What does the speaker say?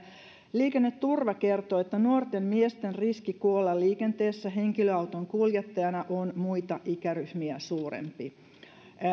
liikenneturva kertoo että nuorten miesten riski kuolla liikenteessä henkilöauton kuljettajana on muita ikäryhmiä suurempi valtaosa